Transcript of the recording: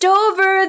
over